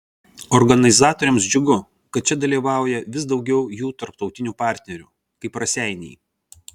organizatoriams džiugu kad čia dalyvauja vis daugiau jų tarptautinių partnerių kaip raseiniai